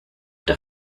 der